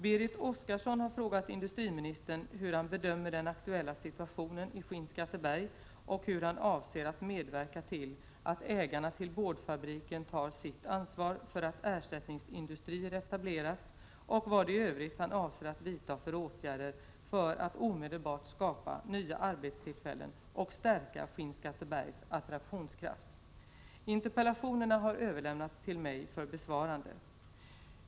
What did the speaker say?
Berit Oscarsson har frågat industriministern hur han bedömer den aktuella situationen i Skinnskatteberg, hur han avser att medverka till att ägarna till boardfabriken tar sitt ansvar för att ersättningsindustrier etableras och vad han i övrigt avser att vidta för åtgärder för att omedelbart skapa nya arbetstillfällen och stärka Skinnskattebergs attraktionskraft. Interpellationerna har överlämnats till mig för besvarande.